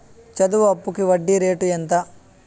చదువు అప్పుకి వడ్డీ రేటు ఎంత?